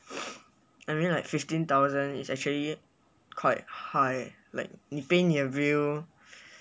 I mean like fifteen thousand is actually quite high like 你 pay 你的 bill